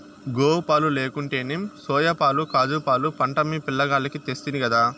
గోవుపాలు లేకుంటేనేం సోయాపాలు కాజూపాలు పట్టమ్మి పిలగాల్లకు తెస్తినిగదా